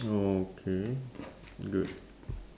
okay good